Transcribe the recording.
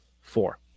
Four